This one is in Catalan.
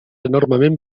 enormement